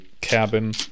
cabin